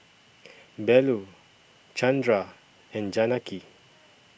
Bellur Chandra and Janaki